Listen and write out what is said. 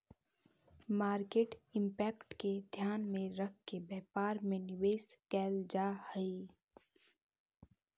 market impact के ध्यान में रखके व्यापार में निवेश कैल जा हई